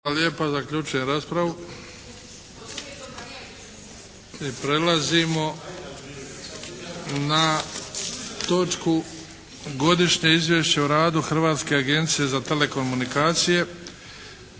**Bebić, Luka (HDZ)** Prelazimo na točku - Godišnje izvješće o radu Hrvatske agencije za telekomunikacije